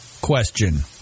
question